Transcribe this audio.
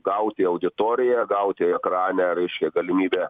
gauti auditoriją gauti ekrane reiškia galimybę